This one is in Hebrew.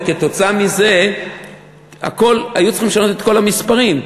וכתוצאה מזה היו צריכים לשנות את כל המספרים.